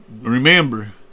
remember